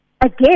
Again